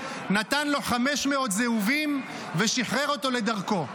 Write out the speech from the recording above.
נתן לו 500 זהובים ושחרר אותו לדרכו.